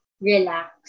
relax